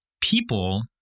People